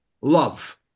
Love